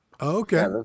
Okay